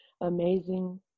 amazing